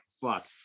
Fuck